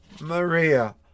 Maria